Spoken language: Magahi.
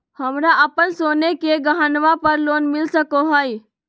हमरा अप्पन सोने के गहनबा पर लोन मिल सको हइ?